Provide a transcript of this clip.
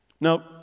Now